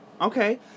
Okay